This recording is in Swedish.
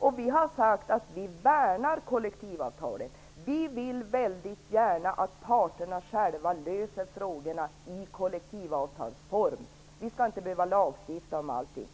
beslut. Vi har sagt att vi värnar kollektivavtalet. Vi vill väldigt gärna att parterna själva kommer överens om frågorna i kollektivavtalsform. Vi skall inte behöva lagstifta om allting.